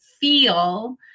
feel